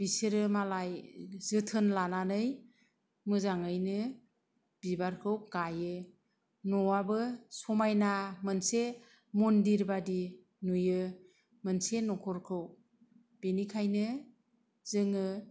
बिसोरो मालाय जोथोन लानानै मोजाङैनो बिबारखौ गायो न'आबो समायना मोनसे मन्दिरबायदि नुयो मोनसे न'खरखौ बेनिखायनो जोङो